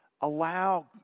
allow